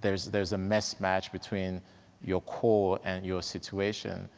there's there's a mismatch between your core and your situation.